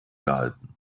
gehalten